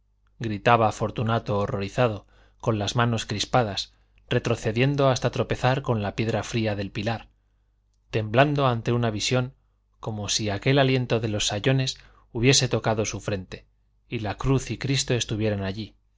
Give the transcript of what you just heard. gritaba fortunato horrorizado con las manos crispadas retrocediendo hasta tropezar con la piedra fría del pilar temblando ante una visión como si aquel aliento de los sayones hubiese tocado su frente y la cruz y cristo estuvieran allí